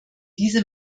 diese